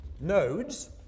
nodes